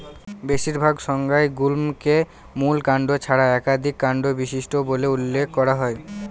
বেশিরভাগ সংজ্ঞায় গুল্মকে মূল কাণ্ড ছাড়া একাধিক কাণ্ড বিশিষ্ট বলে উল্লেখ করা হয়